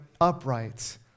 upright